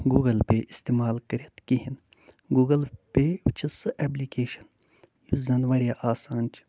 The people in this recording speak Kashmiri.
گوٗگٕل پے استعمال کٔرِتھ کِہیٖنۍ گوٗگٕل پے چھِ سُہ اٮ۪پلِکیشَن یُس زَنہٕ واریاہ آسان چھِ